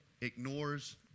ignores